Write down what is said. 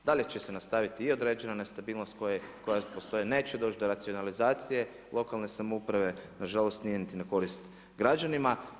I dalje će se nastaviti i određena nestabilnost koja postoji, neće doći do racionalizacije lokalne samouprave, nažalost nije niti na korist građanima.